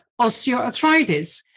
osteoarthritis